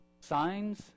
signs